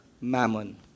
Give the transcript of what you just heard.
mammon